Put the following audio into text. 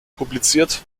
publiziert